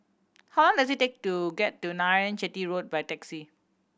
how long does it take to get to Narayanan Chetty Road by taxi